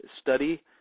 Study